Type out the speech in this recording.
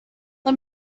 let